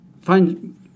find